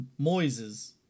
Moises